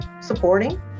supporting